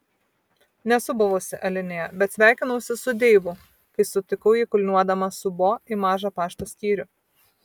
nesu buvusi alinėje bet sveikinausi su deivu kai sutikau jį kulniuodama su bo į mažą pašto skyrių